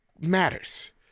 matters